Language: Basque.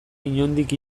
inondik